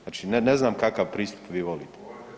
Znači ne znam kakav pristup vi volite.